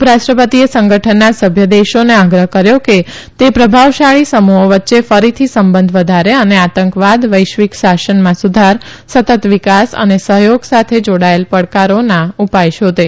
ઉપરાષ્ટ્રપતિએ સંગઠનના સભ્ય દેશોને આગ્રફ કર્યો કે તે પ્રભાવશાળી સમુહો વચ્ચે ફરીથી સંબંધ વધારે અને આતંકવાદ વૈશ્વિક સાશનમાં સુધાર સતત વિકાસ અને દક્ષિણ સહયોગ સાથે જો ાયેલા પ કારોના ઉપાય શોધે